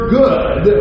good